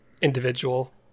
individual